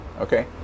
okay